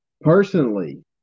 personally